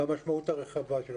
במשמעות הרחבה.